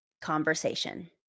conversation